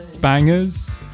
bangers